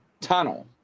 tunnel